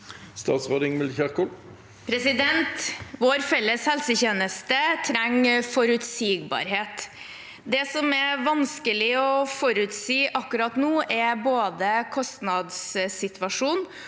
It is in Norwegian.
Statsråd Ingvild Kjerkol Vår felles hel- setjeneste trenger forutsigbarhet. Det som er vanskelig å forutsi akkurat nå, er både kostnadssituasjonen